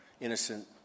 innocent